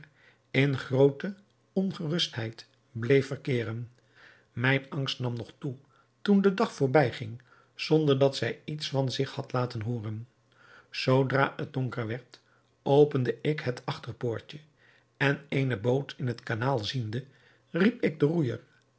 in groote ongerustheid bleef verkeeren mijn angst nam nog toe toen de dag voorbij ging zonder dat zij iets van zich had laten hooren zoodra het donker werd opende ik het achterpoortje en eene boot in het kanaal ziende riep ik den roeijer